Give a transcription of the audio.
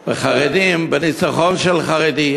בחרדים, בניצחון של חרדי.